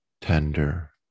Tender